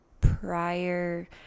prior